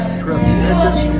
tremendous